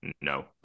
no